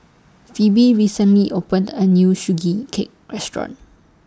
Pheobe recently opened A New Sugee Cake Restaurant